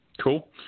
cool